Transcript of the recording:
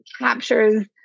captures